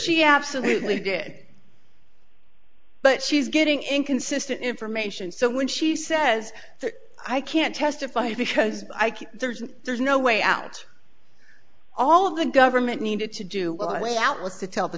she absolutely did but she's getting inconsistent information so when she says i can't testify because i can there's there's no way out all of the government needed to do away out was to tell the